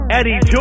Eddie